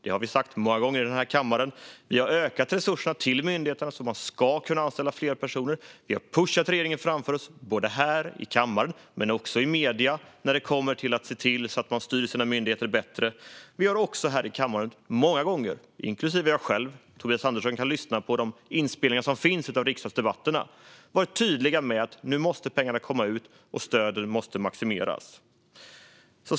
Det har vi sagt många gånger i den här kammaren. Vi har ökat resurserna till myndigheterna, så att man ska kunna anställa fler personer. Vi har pushat regeringen framför oss, både här i kammaren och i medier, när det kommer till att se till att man styr sina myndigheter bättre. Vi, inklusive jag själv, har också många gånger här i kammaren - Tobias Andersson kan lyssna på de inspelningar som finns av riksdagsdebatterna - varit tydliga med att pengarna måste komma ut nu och att stöden måste maximeras.